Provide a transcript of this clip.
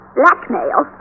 blackmail